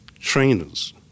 trainers